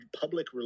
public